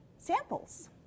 samples